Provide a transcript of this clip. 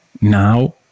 Now